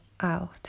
out